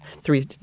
three